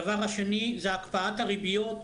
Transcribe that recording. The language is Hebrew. הדבר השני זה הקפאת הריביות.